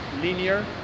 linear